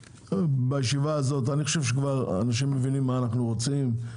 אני חושב שלאחר הישיבה הזאת אנשים מבינים מה אנחנו רוצים.